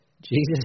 Jesus